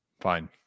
Fine